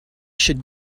should